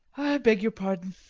beg your pardon.